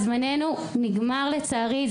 זמננו נגמר לצערי.